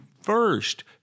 first